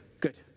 good